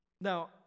Now